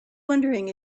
wondering